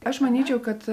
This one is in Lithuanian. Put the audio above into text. aš manyčiau kad